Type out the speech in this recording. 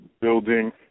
building